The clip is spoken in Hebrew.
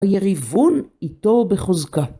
היריבון איתו בחוזקה.